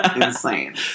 insane